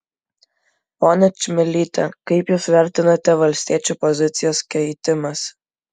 ponia čmilyte kaip jūs vertinate valstiečių pozicijos keitimąsi